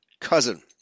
cousin